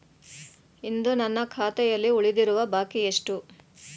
ಇಂದು ನನ್ನ ಖಾತೆಯಲ್ಲಿ ಉಳಿದಿರುವ ಬಾಕಿ ಎಷ್ಟು?